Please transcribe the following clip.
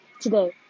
Today